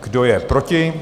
Kdo je proti?